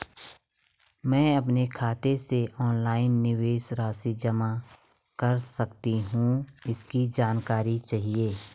मैं अपने खाते से ऑनलाइन निवेश राशि जमा कर सकती हूँ इसकी जानकारी चाहिए?